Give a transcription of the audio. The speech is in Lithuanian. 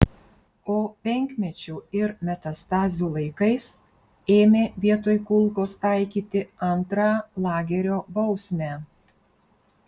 o penkmečių ir metastazių laikais ėmė vietoj kulkos taikyti antrą lagerio bausmę